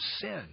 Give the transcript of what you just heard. sin